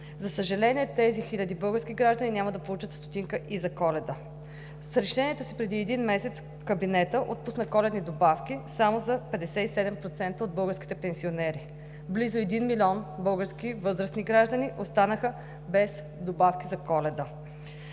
За съжаление, тези хиляди български граждани няма да получат стотинка и за Коледа. С решението си преди един месец кабинетът отпуска коледни добавки само за 57% от българските пенсионери. Близо един милион български възрастни граждани останаха без добавки за Коледа.